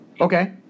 Okay